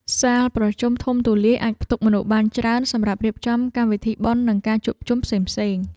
សាលប្រជុំធំទូលាយអាចផ្ទុកមនុស្សបានច្រើនសម្រាប់រៀបចំកម្មវិធីបុណ្យនិងការជួបជុំផ្សេងៗ។